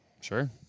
Sure